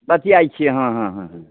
बतिआइत छी हँ हँ हँ जी